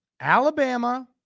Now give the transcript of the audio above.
Alabama